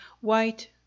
white